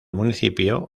municipio